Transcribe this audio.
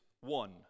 one